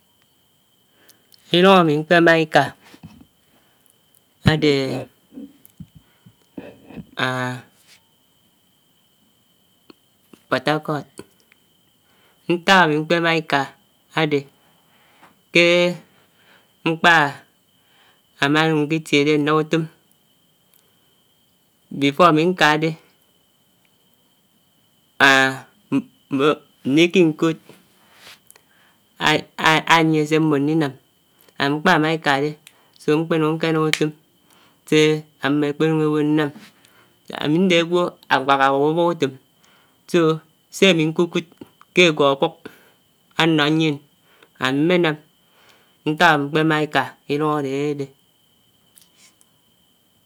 Ilung ámi mkpó mághá ikaa ádè Portharcourt, nták ámi mmkpèmághá ikaa ádè ké mkpá àmà ndi tiè dè nnàm utóm before ámi nká dè, ándi kinkód, ániè sè mbò ndinàm so ámi mkpámá ikáde so mkpè nuk nkènàm utòm sè ámo ékpènuk ébo yák nnám. Ámi ndè ágwó áwákáwák ubók utóm so sè ámi nkukud kè ágwó akuk ánnò nyièn ámmènàm, nták ámkpè màghà iká Idung ádè ádèdè.